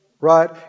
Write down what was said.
right